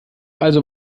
also